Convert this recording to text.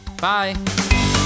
bye